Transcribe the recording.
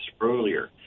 earlier